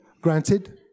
granted